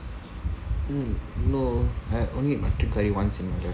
mm no need I only eat mutton curry once in my life